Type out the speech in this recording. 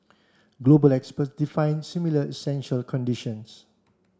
global experts define similar essential conditions